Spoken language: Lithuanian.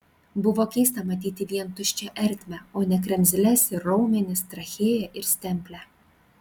buvo keista matyti vien tuščią ertmę o ne kremzles ir raumenis trachėją ir stemplę